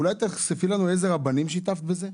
אולי תחשפי לנו איזה רבנים שיתפת בזה.